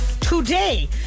today